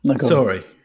Sorry